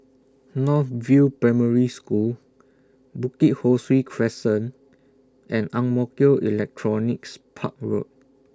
North View Primary School Bukit Ho Swee Crescent and Ang Mo Kio Electronics Park Road